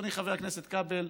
אדוני חבר הכנסת כבל,